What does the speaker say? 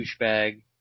douchebag